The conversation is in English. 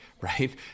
Right